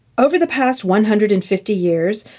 over the past one hundred and fifty years,